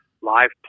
live